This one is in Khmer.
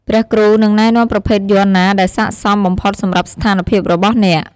ព្រះគ្រូ នឹងណែនាំប្រភេទយ័ន្តណាដែលស័ក្តិសមបំផុតសម្រាប់ស្ថានភាពរបស់អ្នក។